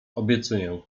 obiecuję